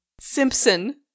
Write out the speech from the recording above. Simpson